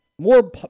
More